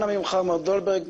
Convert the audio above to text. אנא ממך מר דולברג,